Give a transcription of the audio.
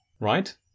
Right